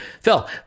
Phil